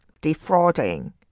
defrauding